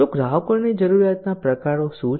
તો ગ્રાહકોની જરૂરિયાતોના પ્રકારો શું છે